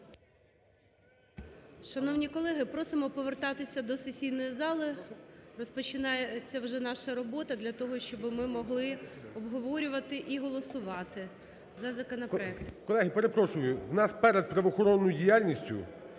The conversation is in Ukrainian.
Шановні колеги, просимо повертатися до сесійної зали. Розпочинається вже наша робота для того, щоби ми могли обговорювати і голосувати за законопроекти. ГОЛОВУЮЧИЙ. Колеги, перепрошую, у нас перед правоохоронною діяльністю